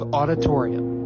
auditorium